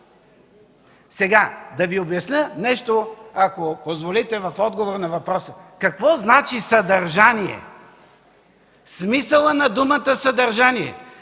го. Да Ви обясня нещо, ако позволите, в отговор на въпроса какво значи „съдържание”. Смисълът на думата „съдържание”